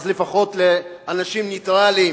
אז לפחות לאנשים נייטרלים.